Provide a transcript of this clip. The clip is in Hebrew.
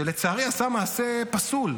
שלצערי עשה מעשה פסול,